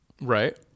right